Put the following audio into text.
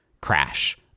crash